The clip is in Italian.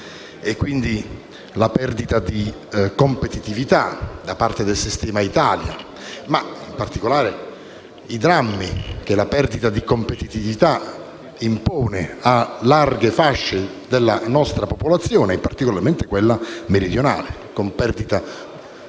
conseguente perdita di competitività da parte del sistema Italia ma, in particolare, con i drammi che la perdita di competitività impone a larghe fasce della nostra popolazione, particolarmente a quella meridionale, con perdita tragica,